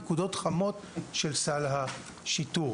נקודות חמות של סל השיטור.